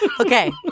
okay